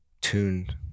tuned